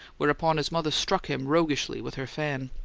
whereupon his mother struck him roguishly with her fan.